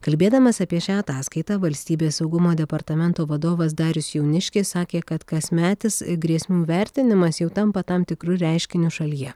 kalbėdamas apie šią ataskaitą valstybės saugumo departamento vadovas darius jauniškis sakė kad kasmetis grėsmių vertinimas jau tampa tam tikru reiškiniu šalyje